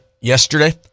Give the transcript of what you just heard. yesterday